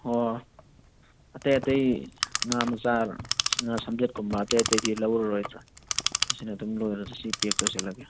ꯑꯣ ꯑꯇꯩ ꯑꯇꯩ ꯉꯥ ꯃꯆꯥ ꯉꯥ ꯁꯝꯖꯦꯠꯀꯨꯝꯕ ꯑꯇꯩ ꯑꯇꯩꯗꯤ ꯂꯧꯔꯔꯣꯏꯗ꯭ꯔꯣ ꯁꯤꯅ ꯑꯗꯨꯝ ꯂꯣꯏꯔꯗ꯭ꯔꯣ ꯁꯤ ꯄꯦꯛ ꯇꯧꯁꯜꯂꯒꯦ